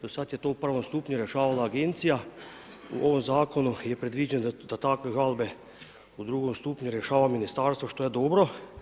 Do sada je to u prvom stupnju rješavala agencija, u ovom zakonu je predviđeno da takve žalbe u drugom stupu rješava ministarstvo, što je dobro.